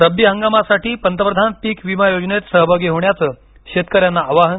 रब्बी हंगामासाठी पंतप्रधान पिक विमा योजनेत सहभागी होण्याचं शेतकऱ्यांना आवाहन